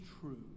true